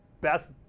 best